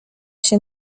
się